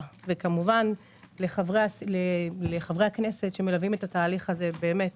וכמובן לחברי הכנסת שמלווים את התהליך הזה באמת